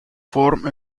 form